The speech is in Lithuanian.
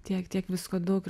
tiek tiek visko daug ir